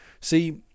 See